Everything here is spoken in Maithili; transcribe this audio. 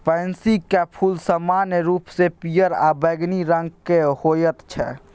पैंसीक फूल समान्य रूपसँ पियर आ बैंगनी रंगक होइत छै